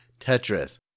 Tetris